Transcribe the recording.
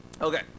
Okay